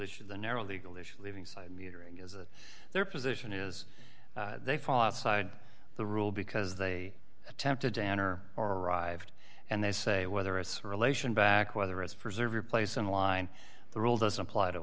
issues the narrow legal issues living side metering as their position is they fall outside the rule because they attempted to enter or arrived and they say whether it's relation back whether it's preserve your place in line the rule doesn't apply to